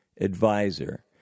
advisor